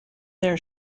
their